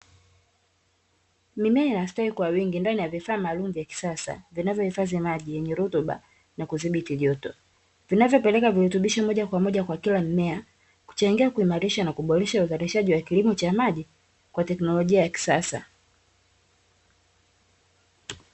Mimea inastawi kwawingi ndani ya vifaa maalumu vya kisasa vinavyohifadhi maji yenye rutuba nakudhibiti joto vinavyopeleka virutubisho moja kwa moja kwa kila mmea kuchangia